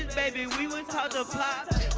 baby, we was taught to pop